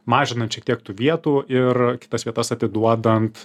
mažinančią tiek tų vietų ir kitas vietas atiduodant